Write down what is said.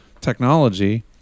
technology